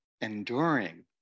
enduring